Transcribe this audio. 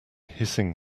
hissing